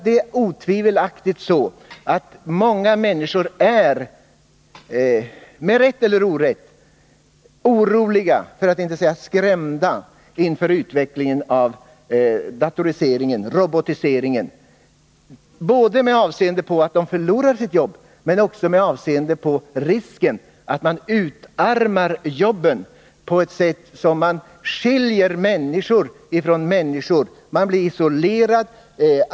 Det är otvivelaktigt så, att många människor är, med rätt eller orätt, oroliga, för att inte säga skrämda, inför utvecklingen av datoriseringen och robotiseringen. Detta beror givetvis på att de kan riskera att förlora sitt arbete men också på risken att arbetena utarmas, så att människor skiljs från människor och man blir isolerad.